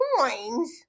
coins